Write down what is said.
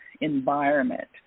environment